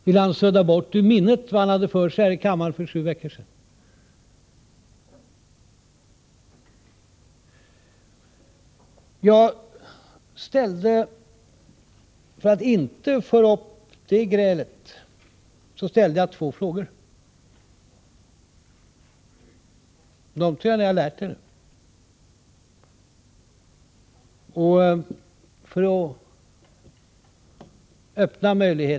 Vill han sudda bort ur minnet vad han hade för sig här i kammaren för sju veckor sedan? För att inte föra upp det grälet på nytt och för att öppna möjligheten till enighet igen ställde jag två frågor.